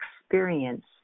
experience